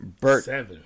Bert